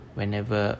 whenever